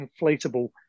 inflatable